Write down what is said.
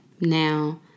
Now